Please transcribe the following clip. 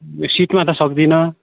सिटमा त सक्दिनँ